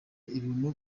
ibintu